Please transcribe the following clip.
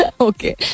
Okay